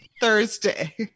Thursday